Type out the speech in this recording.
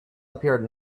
appeared